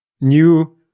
New